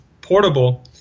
portable